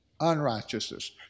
unrighteousness